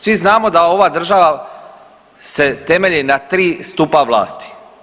Svi znamo da ova država se temelji na tri stupa vlasti.